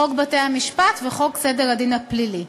חוק בתי-המשפט וחוק סדר הדין הפלילי.